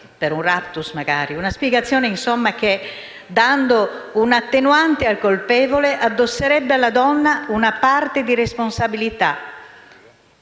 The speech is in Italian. (un *raptus*, magari). Una spiegazione, insomma, che, dando una attenuante al colpevole, addosserebbe alla donna una parte di responsabilità,